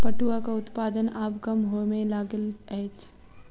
पटुआक उत्पादन आब कम होमय लागल अछि